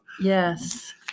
Yes